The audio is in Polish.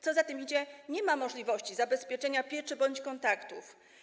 Co za tym idzie, nie będzie możliwości zabezpieczenia pieczy bądź kontaktów.